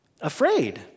afraid